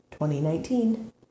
2019